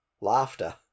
laughter